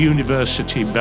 University